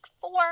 four